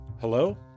Hello